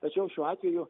tačiau šiuo atveju